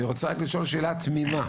אני רוצה רק לשאול שאלה תמימה,